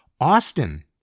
Austin